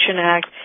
Act